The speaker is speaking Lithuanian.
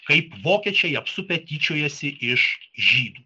kaip vokiečiai apsupę tyčiojasi iš žydų